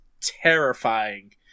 terrifying